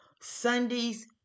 Sundays